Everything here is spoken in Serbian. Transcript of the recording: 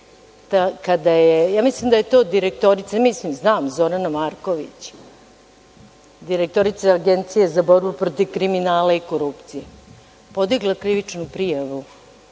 ja mislim da je to direktorica, mislim, znam Zorana Markovića, direktorica Agencije za borbu protiv kriminala i korupcije, podigla krivičnu prijavu